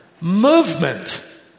movement